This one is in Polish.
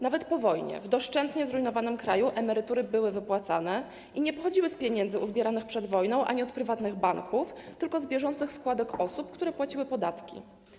Nawet po wojnie, w doszczętnie zrujnowanym kraju, emerytury były wypłacane i nie pochodziły z pieniędzy uzbieranych przed wojną ani od prywatnych banków, tylko z bieżących składek osób, które płaciły podatki.